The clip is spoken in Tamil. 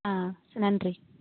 ஆ நன்றி